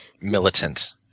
militant